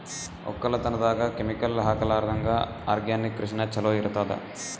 ಒಕ್ಕಲತನದಾಗ ಕೆಮಿಕಲ್ ಹಾಕಲಾರದಂಗ ಆರ್ಗ್ಯಾನಿಕ್ ಕೃಷಿನ ಚಲೋ ಇರತದ